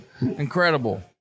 Incredible